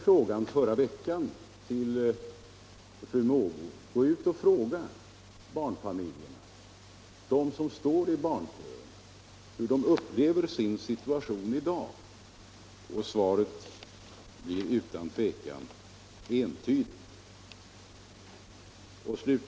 Jag gav i förra veckan fru Mogård det rådet att gå ut och fråga barnfamiljerna och dem som står i köerna hur de upplever sin situation i dag. Svaret blir utan tvekan entydigt.